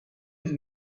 het